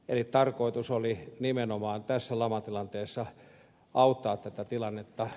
eli tarkoitus oli nimenomaan tässä lamatilanteessa auttaa tätä tilannetta